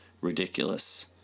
ridiculous